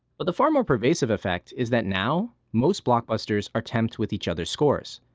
but the far more pervasive effect is that now most blockbusters are temped with each other's scores.